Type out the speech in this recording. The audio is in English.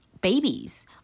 babies